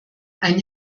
ein